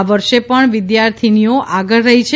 આ વર્ષે પણ વિદ્યાર્થિનીઓ આગળ રહી છે